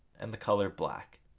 and the colour black.